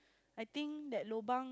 I think that lobang